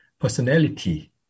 personality